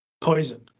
Poison